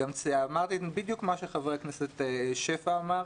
אמרתי בדיוק מה שחבר הכנסת שפע אמר,